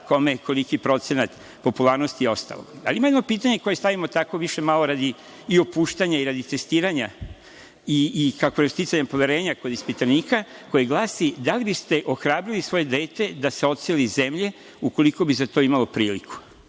kome je koliki procenat popularnosti i ostalo. Dakle, ima jedno pitanje koje stavimo tako, više radi opuštanja i radi testiranja i sticanjem poverenja kod ispitanika, koje glasi – Da li biste ohrabrili svoje dete da se odseli iz zemlje ukoliko bi za to imalo priliku?